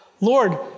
Lord